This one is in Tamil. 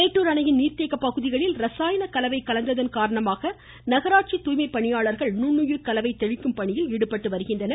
மேட்டுர் அணையின் நீர்த்தேக்க பகுதிகளில் இரசாயனக் கலவை கலந்ததன் மேட்டூர் நகராட்சி தூய்மைப்பணியாளர்கள் நுண்ணுயிர் கலவை தெளிக்கும் காரணமாக பணியில் ஈடுபட்டு வருகின்றனர்